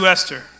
Esther